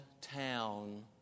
town